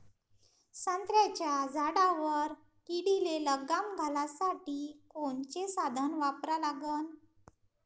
संत्र्याच्या झाडावर किडीले लगाम घालासाठी कोनचे साधनं वापरा लागन?